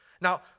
Now